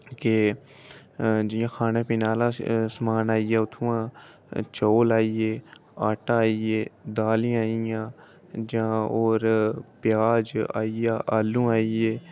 के जि'यां खाने पीने आह्ला समान आई गेआ दालीं आई गेइयां जां होर प्याज आई गेआ आलू आई गे